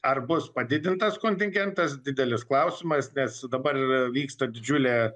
ar bus padidintas kontingentas didelis klausimas nes dabar ir vyksta didžiulė